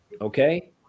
Okay